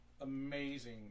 amazing